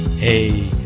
Hey